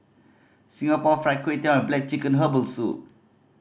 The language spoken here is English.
Singapore Fried Kway Tiao and black chicken herbal soup